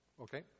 Okay